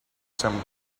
some